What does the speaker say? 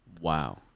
Wow